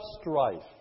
strife